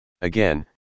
Again